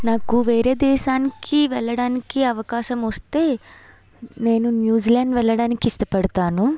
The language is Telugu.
నాకు వేరే దేశానికి వెళ్ళడానికి అవకాశం వస్తే నేను న్యూ జిలాండ్ వెళ్ళడానికి ఇష్టపడతాను